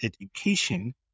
education